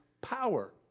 power